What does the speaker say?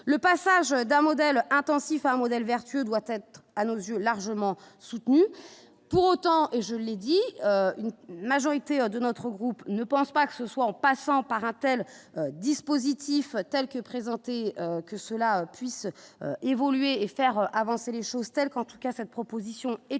le passage d'un modèle intensif à un modèle vertueux doit être à nos yeux, largement soutenu pour autant et je l'ai dit, une majorité de notre groupe ne pense pas que ce soit en passant par Intel dispositifs tels que présentés que cela puisse évoluer et faire avancer les choses telles qu'en tout cas cette proposition et